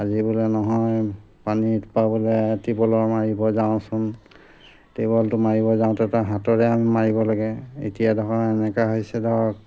আজি বোলে নহয় পানী পাবলৈ টিউবৱেলৰ মাৰিব যাওঁচোন টিউবৱেলটো মাৰিব যাওঁতে তাৰ হাতৰে আমি মাৰিব লাগে এতিয়া ধৰ এনেকা হৈছে ধৰক